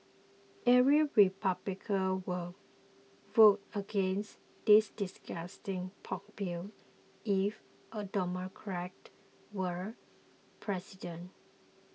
every Republican would vote against this disgusting pork bill if a Democrat were president